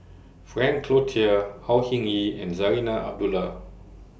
Frank Cloutier Au Hing Yee and Zarinah Abdullah